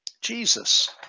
Jesus